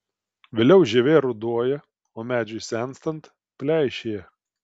vėliau žievė ruduoja o medžiui senstant pleišėja